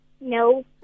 no